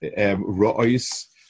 Rois